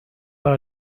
pas